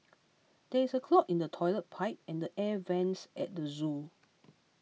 there is a clog in the Toilet Pipe and the Air Vents at the zoo